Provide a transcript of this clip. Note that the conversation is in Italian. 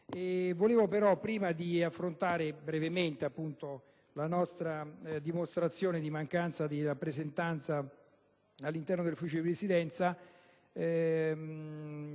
Tuttavia, prima di affrontare brevemente la nostra rimostranza per la mancanza di rappresentanza all'interno del Consiglio di Presidenza